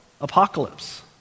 Apocalypse